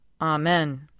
Amen